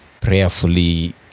prayerfully